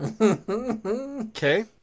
Okay